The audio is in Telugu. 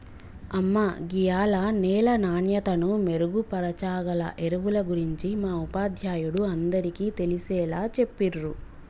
అమ్మ గీయాల నేల నాణ్యతను మెరుగుపరచాగల ఎరువుల గురించి మా ఉపాధ్యాయుడు అందరికీ తెలిసేలా చెప్పిర్రు